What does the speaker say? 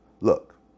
look